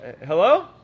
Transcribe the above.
hello